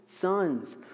sons